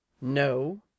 No